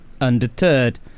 Undeterred